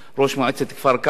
ראש מועצת כפר-כמא,